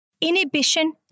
inhibition